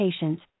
patients